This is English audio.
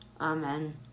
Amen